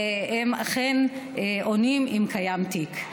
והם אכן עונים אם קיים תיק.